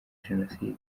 jenoside